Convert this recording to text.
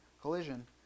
collision